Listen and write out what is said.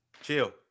Chill